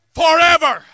forever